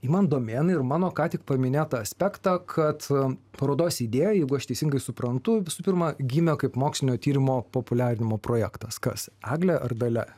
imant domėn ir mano ką tik paminėtą aspektą kad parodos idėja jeigu aš teisingai suprantu visų pirma gimė kaip mokslinio tyrimo populiarinimo projektas kas eglė ar dalia